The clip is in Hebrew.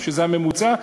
שזה הממוצע,